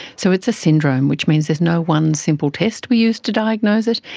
so it's a syndrome, which means there's no one simple test we use to diagnose it,